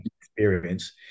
experience